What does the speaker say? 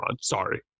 Sorry